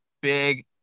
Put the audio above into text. big